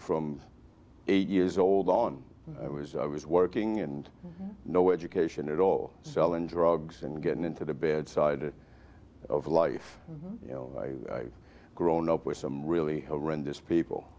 from eight years old on i was i was working and no education at all selling drugs and getting into the bad side of life you know grown up with some really horrendous people